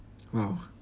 !wow!